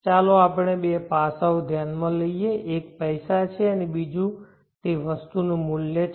ચાલો આપણે બે પાસાઓ ધ્યાનમાં લઈએ એક પૈસા છે અને બીજું તે વસ્તુનું મૂલ્ય છે